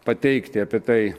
pateikti apie tai